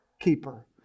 keeper